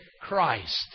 Christ